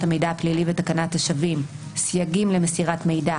המידע הפלילי ותקנת השבים (סייגים למסירת מידע,